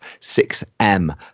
6M